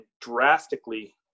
drastically